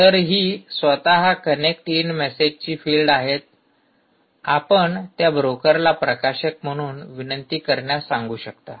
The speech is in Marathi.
तर ही स्वतः कनेक्ट इन मेसेजेसची फील्ड आहेत आपण त्या ब्रोकरला प्रकाशक म्हणून विनंती करण्यास सांगू शकता